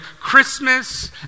Christmas